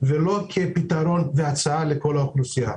לא כפתרון והצעה לכל האוכלוסייה.